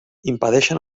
impedeixen